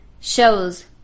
shows